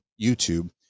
youtube